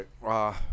right